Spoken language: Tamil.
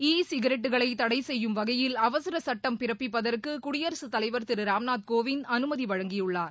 இ சிகரெட்டுகளை தடை செய்யும் வகையில் அவசர சட்டம் பிறப்பிப்பதற்கு குடியரசுத் தலைவர் திரு ராம்நாத் கோவிந்த் அனுமதி வழங்கியுள்ளார்